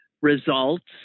results